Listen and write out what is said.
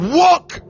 walk